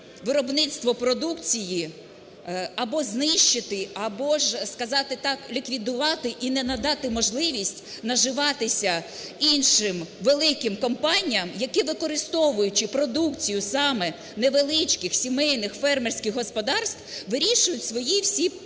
виробництво продукції або знищити, або ж, сказати так, ліквідувати і не надати можливість наживатися іншим великим компаніям, які, використовуючи продукцію саме невеличких сімейних фермерських господарств, вирішують всі свої питання,